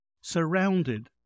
surrounded